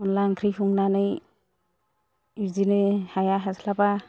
अनद्ला ओंख्रि संनानै बिदिनो हाया हास्लाबा